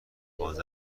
باز